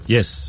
Yes